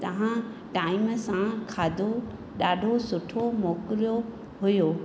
तव्हां टाईम सां खाधो ॾाढो सुठो मोकिलियो हुयो